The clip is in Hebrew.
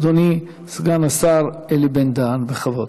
אדוני סגן השר אלי בן-דהן, בכבוד.